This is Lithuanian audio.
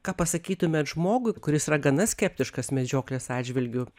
ką pasakytumėt žmogui kuris yra gana skeptiškas medžioklės atžvilgiu